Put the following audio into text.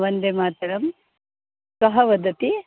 वन्दे मातरं कः वदति